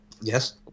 Yes